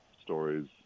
stories